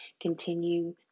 continue